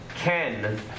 Ken